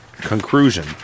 conclusion